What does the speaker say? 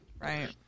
Right